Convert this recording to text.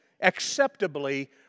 acceptably